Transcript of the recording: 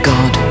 God